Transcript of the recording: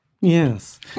Yes